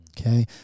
Okay